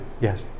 yes